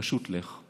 פשוט לך.